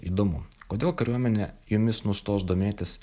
įdomu kodėl kariuomenė jumis nustos domėtis